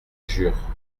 jure